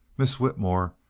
miss whitmore,